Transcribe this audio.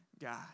God